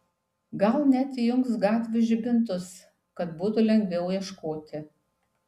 gal net įjungs gatvių žibintus kad būtų lengviau ieškoti